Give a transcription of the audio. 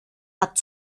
hat